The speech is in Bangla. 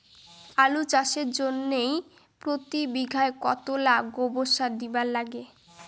আলু চাষের জইন্যে প্রতি বিঘায় কতোলা গোবর সার দিবার লাগে?